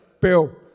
Bill